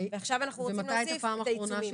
עכשיו אנחנו רוצים להוסיף את העיצומים.